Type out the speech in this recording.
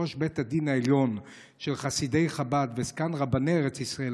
שראש בית הדין העליון של חסידי חב"ד וזקן רבני ארץ ישראל,